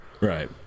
Right